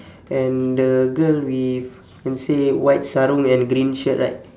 and the girl with can say white sarung and green shirt right